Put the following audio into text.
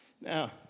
Now